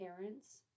parents